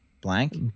blank